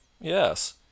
Yes